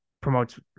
promotes